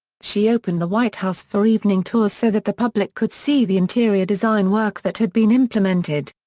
she opened the white house for evening tours so that the public could see the interior design work that had been implemented.